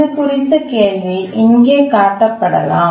இது குறித்த கேள்வி இங்கே காட்டப்படலாம்